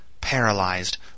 Paralyzed